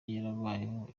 yarabayeho